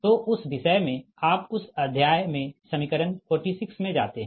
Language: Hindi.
तो उस विषय में आप उस अध्याय में समीकरण 46 में जाते है